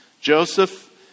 Joseph